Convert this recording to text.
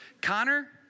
Connor